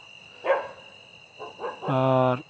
ᱟᱨ